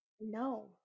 no